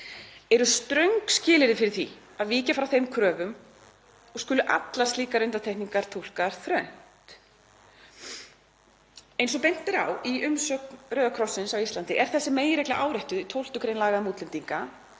sett ströng skilyrði fyrir því að víkja frá þeim kröfum og skulu allar slíkar undantekningar túlkaðar þröngt. Eins og bent er á í umsögn Rauða krossins á Íslandi er þessi meginregla áréttuð í 12. gr. laga um útlendinga,